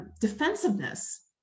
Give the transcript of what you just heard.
defensiveness